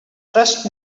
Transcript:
trust